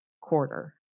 quarter